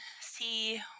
see